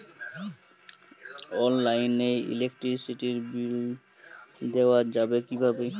অনলাইনে ইলেকট্রিসিটির বিল দেওয়া যাবে কিভাবে?